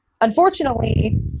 unfortunately